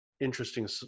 interesting